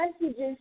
messages